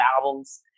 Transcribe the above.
albums